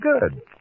good